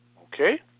okay